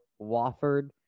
Wofford